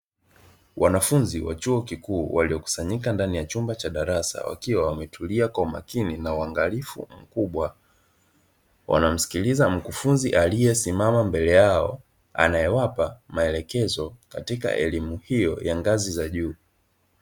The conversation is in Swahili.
Wanafunzi wa chuo kikuu waliokusanyika ndani ya chumba cha darasa wakiwa wametulia kwa makini na uangalifu mkubwa, wanamsikiliza mkufunzi aliyesimama mbele yao anayewapa maelekezo katika elimu hiyo ya ngazi za juu.